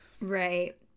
right